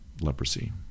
Leprosy